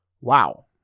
wow